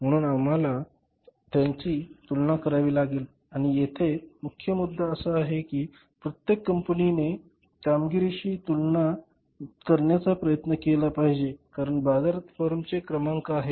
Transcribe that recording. म्हणून आम्हाला त्याची तुलना करावी लागेल आणि येथे मुख्य मुद्दा असा आहे की प्रत्येक कंपनीने नेत्यांच्या कामगिरीशी तुलना करण्याचा प्रयत्न केला पाहिजे कारण बाजारात फर्मचे क्रमांक आहेत